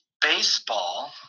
Baseball